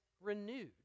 renewed